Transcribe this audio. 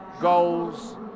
goals